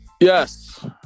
Yes